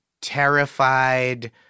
terrified